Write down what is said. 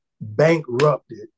bankrupted